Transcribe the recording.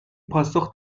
پاسخ